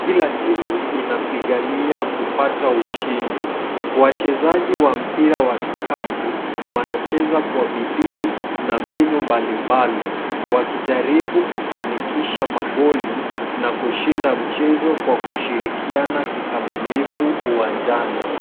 Kila timu inapigania kupata ushindi. Wachezaji wa mpira wa kikapu, wanacheza kwa bidii na mbinu mbali mbali, wakijaribu kufanikisha magoli, na kushinda mchezo kwa kushirikiana kikamilifu uwanjani.